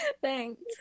Thanks